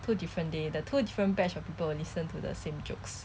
two different day the two different batch of people listen to the same jokes